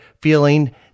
feeling